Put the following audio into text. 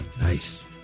Nice